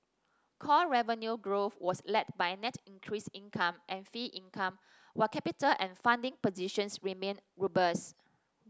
core revenue growth was led by net interest income and fee income while capital and funding positions remain robust